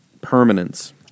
permanence